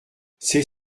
c’est